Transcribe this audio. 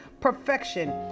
perfection